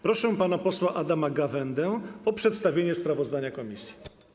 Proszę pana posła Adama Gawędę o przedstawienie sprawozdania komisji.